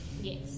Yes